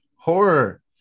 horror